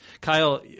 Kyle